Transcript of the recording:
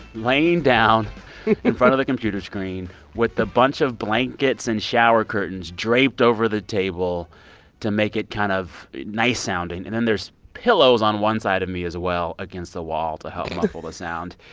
laying down in front of the computer screen with a bunch of blankets and shower curtains draped over the table to make it kind of nice-sounding. and then there's pillows on one side of me as well against the wall to help muffle the sound.